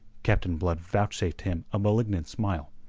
captain blood vouchsafed him a malignant smile,